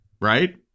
Right